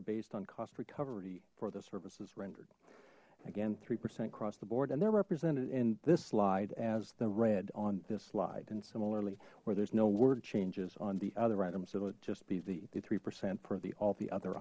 are based on cost recovery for the services rendered again three percent across the board and they're represented in this slide as the red on this slide and similarly where there's no word changes on the other items it'll just be the three percent for the all the other